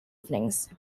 evenings